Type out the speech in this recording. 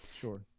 sure